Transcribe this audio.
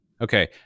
Okay